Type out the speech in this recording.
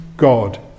God